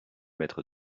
mètres